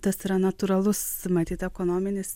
tas yra natūralus matyt ekonominis